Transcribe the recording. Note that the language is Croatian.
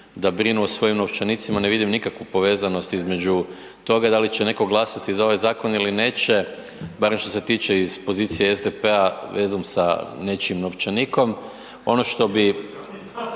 da brinu o svojim novčanicima, ne vidim nikakvu povezanost između toga da li će neko glasati za ovaj zakon ili neće, barem što se tiče iz pozicije SDP-a vezom sa nečijim novčanikom. Pa da ne